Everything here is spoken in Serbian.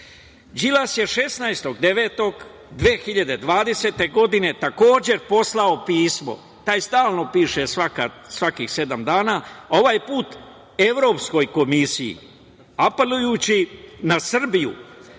16. septembra 2020. godine, takođe, poslao pismo, taj stalno piše, svakih sedam dana, ovaj put Evropskoj komisiji, apelujući na Srbiju